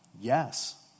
yes